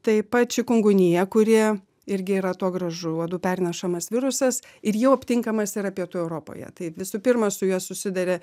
taip pat čikungunija kuri irgi yra atogrąžų uodų pernešamas virusas ir jau aptinkamas yra pietų europoje tai visų pirma su juo susiduria